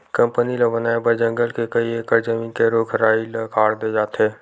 company ल बनाए बर जंगल के कइ एकड़ जमीन के रूख राई ल काट दे जाथे